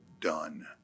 done